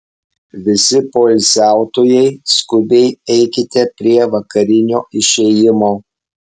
visi poilsiautojai skubiai eikite prie vakarinio išėjimo